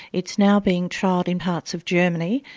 it's now being trialled in parts of germany,